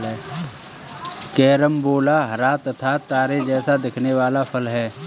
carambola हरा तथा तारे जैसा दिखने वाला फल है